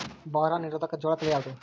ಬರ ನಿರೋಧಕ ಜೋಳ ತಳಿ ಯಾವುದು?